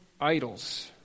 idols